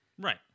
Right